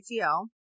ATL